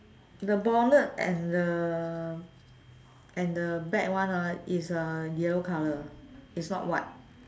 the bonnet and the and the back one ah is a yellow colour is not white